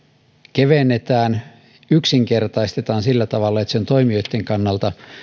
kevennetään yksinkertaistetaan sillä tavalla että se on toimijoitten kannalta